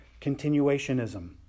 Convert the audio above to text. continuationism